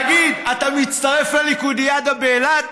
תגיד, אתה מצטרף לליכודיאדה באילת?